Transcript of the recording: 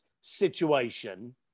situation